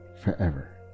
forever